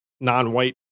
non-white